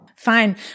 Fine